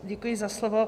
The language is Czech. Děkuji za slovo.